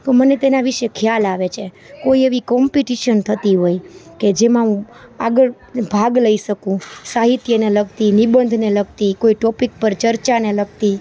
તો મને તેના વિશે ખ્યાલ આવે છે કોઈ એવી કોમ્પિટિશન થતી હોય કે જેમાં હું આગળ ભાગ લઈ શકું સાહિત્યને લગતી નિબંધને લગતી કોઈ ટોપિક પર ચર્ચાને લગતી